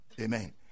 Amen